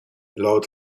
laut